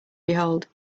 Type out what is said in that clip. behold